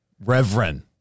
Reverend